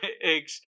eggs